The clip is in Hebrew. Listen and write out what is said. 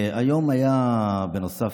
בנוסף,